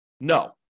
No